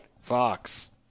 Fox